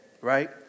right